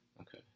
Okay